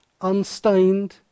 unstained